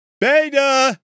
beta